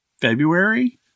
February